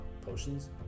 potions